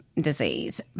disease